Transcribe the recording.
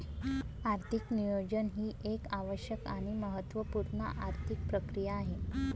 आर्थिक नियोजन ही एक आवश्यक आणि महत्त्व पूर्ण आर्थिक प्रक्रिया आहे